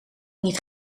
niet